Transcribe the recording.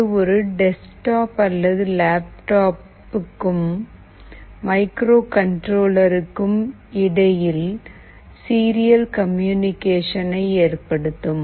அது ஒரு டெஸ்க்டாப் அல்லது லேப்டாப்க்கும் மைக்ரோ கண்ட்ரோலருக்கும் இடையில் சீரியல் கம்யூனிகேஷனை ஏற்படுத்தும்